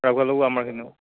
ৰাখবা লাগবো আমাৰ খিনিও